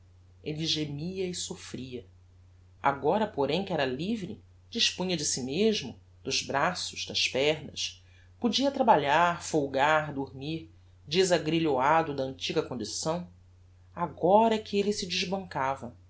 gemia e soffria agora porém que era livre dispunha de si mesmo dos braços das pernas podia trabalhar folgar dormir desagrilhoado da antiga condição agora é que elle se desbancava